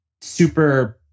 super